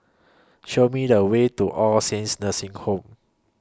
Show Me The Way to All Saints Nursing Home